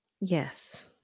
Yes